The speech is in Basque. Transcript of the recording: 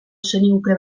zeniguke